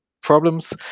problems